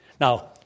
Now